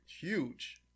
huge